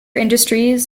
industries